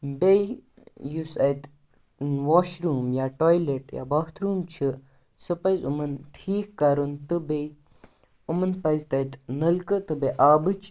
بیٚیہِ یُس اَتہِ واش روٗم یا ٹایلٮ۪ٹ یا باتھ روٗم چھِ سُہ پَزِ یِمَن ٹھیٖک کَرُن تہٕ بیٚیہِ یِمَن پَزِ تَتہِ نَلکہٕ تہٕ بیٚیہِ آبٕچ